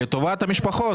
לטובת המשפחות.